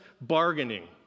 bargaining